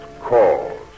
cause